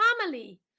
family